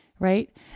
right